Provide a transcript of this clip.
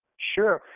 sure.